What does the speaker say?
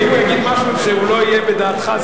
ואם הוא יגיד משהו שלא יהיה בדעתך?